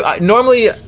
Normally